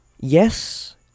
yes